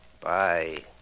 Bye